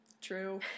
True